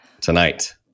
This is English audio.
tonight